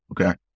okay